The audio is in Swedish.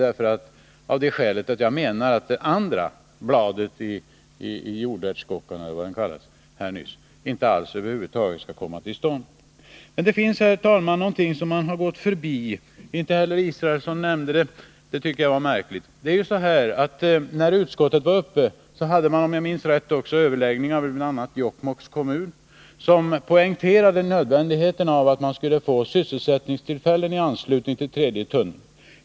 Skälet till det är att jag menar att det andra ”bladet på jordärtskockan” — eller vad det kallades nyss — inte alls skall komma till stånd. Men det finns, herr talman, någonting som man har gått förbi. Inte heller Per Israelsson nämnde det, och det var märkligt. När utskottet besökte området däruppe hade man, om jag minns rätt, överläggningar också med Jokkmokks kommun, som poängterade nödvändigheten av att få sysselsättningstillfällen i anslutning till den tredje tunneln.